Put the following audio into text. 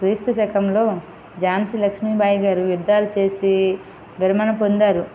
క్రీస్తుశకంలో ఝాన్సీ లక్ష్మీబాయి గారు యుద్ధాలు చేసి విరమణ పొందారు